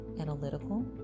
analytical